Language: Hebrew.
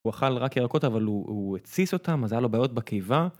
הוא אכל רק ירקות אבל הוא-הוא... התסיס אותם, אז היה לו בעיות בקיבה.